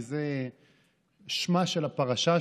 כי זה שמה של הפרשה,